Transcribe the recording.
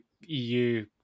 EU